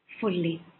fully